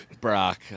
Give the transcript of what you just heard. brock